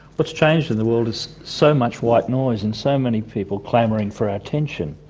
what's changed in the world is so much white noise and so many people clamouring for our attention.